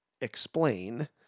explain